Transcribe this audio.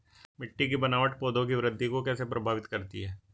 मिट्टी की बनावट पौधों की वृद्धि को कैसे प्रभावित करती है?